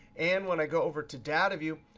and when i go over to data view,